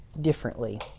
differently